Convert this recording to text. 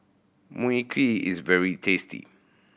Mui Kee is very tasty